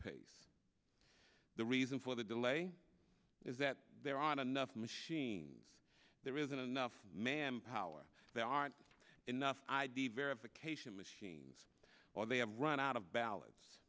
pace the reason for the delay is that there aren't enough machines there isn't enough manpower there aren't enough id verification machines or they have run out of bal